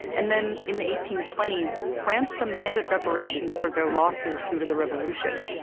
and then, in the eighteen twenty s, france demanded reparations for their losses due to the revolution.